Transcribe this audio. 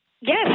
Yes